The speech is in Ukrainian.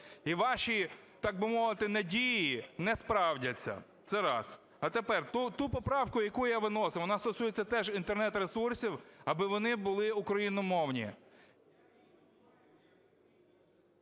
І ваші, так би мовити, надії не справдяться. Це раз. А тепер. Ту поправку, яку я виносив, вона стосується теж інтернет-ресурсів, аби вони були україномовні…